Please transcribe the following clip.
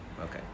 Okay